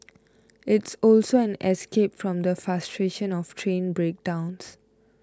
it's also an escape from the frustration of train breakdowns